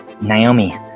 Naomi